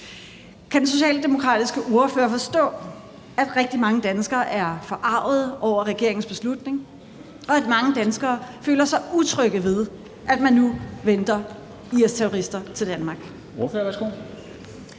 Kan den socialdemokratiske ordfører forstå, at rigtig mange danskere er forargede over regeringens beslutning, og at mange danskere føler sig utrygge ved, at man nu venter IS-terrorister til Danmark?